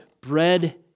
bread